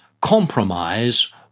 compromise